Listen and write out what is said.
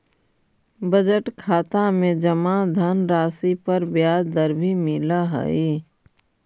budget खाता में जमा धनराशि पर ब्याज दर भी मिलऽ हइ